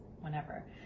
whenever